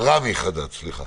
חדד.